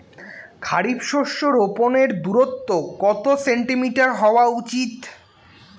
খারিফ শস্য রোপনের দূরত্ব কত সেন্টিমিটার হওয়া উচিৎ?